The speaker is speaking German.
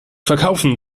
verkaufen